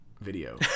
video